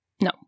no